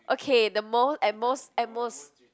okay the most at most at most